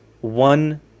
one